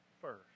first